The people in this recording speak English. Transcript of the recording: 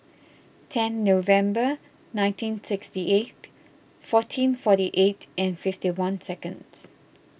ten November nineteen sixty eight fourteen forty eight and fifty one seconds